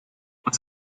muss